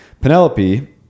penelope